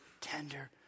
Tender